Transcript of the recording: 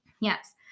Yes